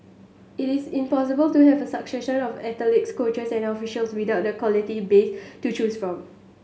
it is impossible to have a succession of athletes coaches and officials without a quality base to choose from